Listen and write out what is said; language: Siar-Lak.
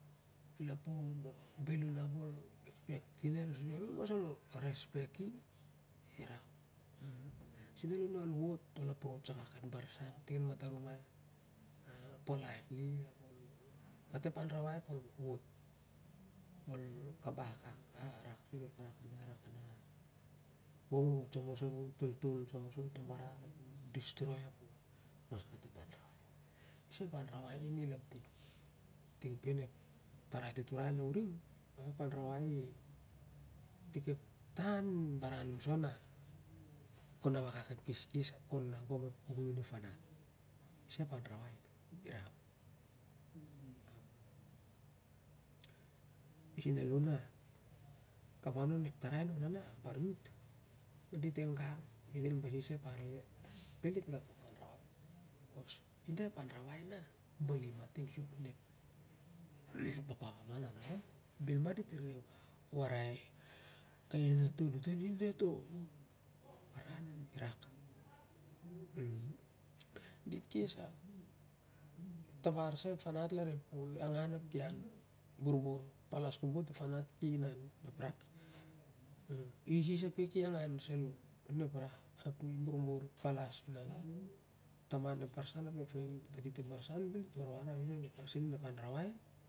Lapan o na bel arap ol respect rel ol mas respect ira k suna mol ol mas aprotee akak ep baran ting an matam mai a min ol gat ep anrawai ap ol wot ol. Kabah a kak sur ep baran tigu irakana gong i wot samia moso ap i toltol passomo on to baran ap i ol mas gat ep anrawai ep anrawai ning ni laratin ting arin ep tarai tintinvai na uring ep anrawai itik ep tour baran moso na kon a wakak ep keskes ap kon agon ep puklun ep farat ise ep anrawai. Isen alo na kapan nun ep torai naona bar youth dit el gang basi sa ep arle bet dit gat tok anrawai beccos ida ep anrawai na bali ma ting sup lon ep papa mama naona bel ma dit reve warai kai na namatun dit on i da toh baran na irak dit kes sah tabar sa ep farat bar ep pol angan ap ki an borbor palas kobot ap ki inan isis ap ki angan salo or ep rah ap ki borbor ao ki palas salo tandit ep farat ap ep taman ep farat bel dit warwar arin onep pasin onep anrawai ai